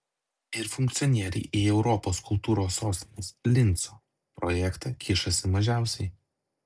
ir funkcionieriai į europos kultūros sostinės linco projektą kišasi mažiausiai